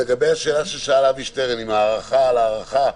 לגבי השאלה ששאל אבי שטרן עם הארכה על הארכה,